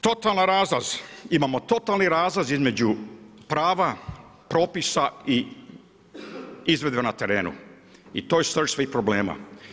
Totalni razlaz, imamo totalni razlaz između prava, propisa i izvedbe na terenu i to je srž svih problema.